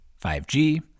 5G